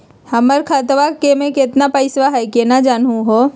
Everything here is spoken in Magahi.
हमर खतवा मे केतना पैसवा हई, केना जानहु हो?